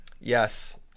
Yes